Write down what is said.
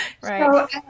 Right